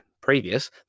previous